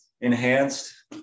Enhanced